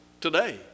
today